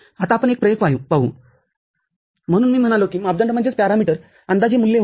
आता आपण एक प्रयोग पाहू म्हणून मी म्हणालो की मापदंड अंदाजे मूल्य होते